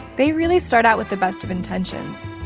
they really start out with the best of intentions.